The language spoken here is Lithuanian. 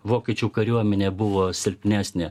vokiečių kariuomenė buvo silpnesnė